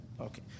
Okay